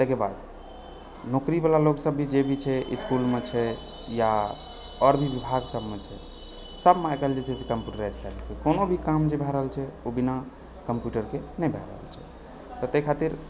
तकर बाद नोकरीबला लोकसभ जे भी छै स्कूलमे छै या आओर भी विभाग सभमे छै सभमे आइ काल्हि जे छै से कम्प्यूटराइज्ड कए देलकै कोनो भी काम जे भए रहल छै ओ बिना कम्प्युटरके नहि भए रहल छै तऽ ताहि खातिर